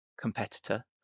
competitor